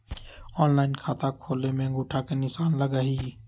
Online खाता खोले में अंगूठा के निशान लगहई?